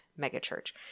megachurch